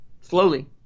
Slowly